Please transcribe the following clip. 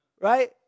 right